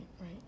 right